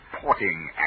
porting